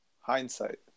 Hindsight